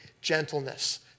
gentleness